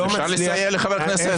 אפשר לסייע לחברי הכנסת?